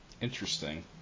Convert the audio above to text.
Interesting